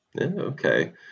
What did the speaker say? Okay